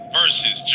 versus